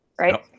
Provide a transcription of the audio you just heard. Right